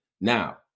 Now